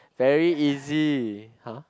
very easy !huh!